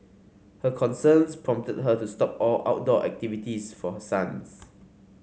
her concerns prompted her to stop all outdoor activities for her sons